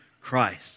Christ